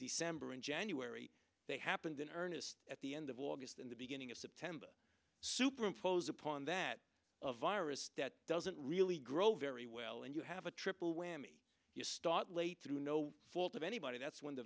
december and january they happened in earnest at the end of august and the beginning of september superimposed upon that virus that doesn't really grow very well and you have a triple whammy you start late through no fault of anybody that's when the